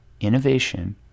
innovation